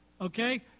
Okay